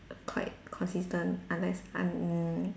quite consistent unless I mm